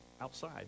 outside